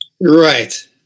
Right